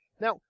now